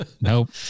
nope